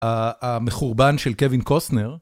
המחורבן של קווין קוסנר.